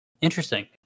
Interesting